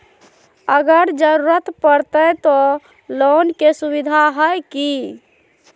अगर जरूरत परते तो लोन के सुविधा है की?